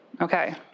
Okay